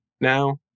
now